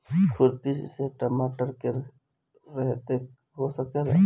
खुरपी से टमाटर के रहेती हो सकेला?